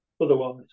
otherwise